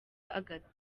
agatha